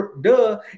duh